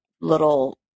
little